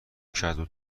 کدو